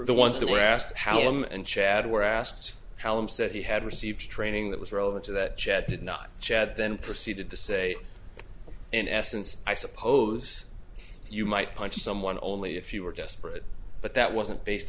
the ones that were asked how him and chad were asked how him said he had received training that was relevant to that chad did not chad then proceeded to say in essence i suppose you might punch someone only if you were desperate but that wasn't based